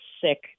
sick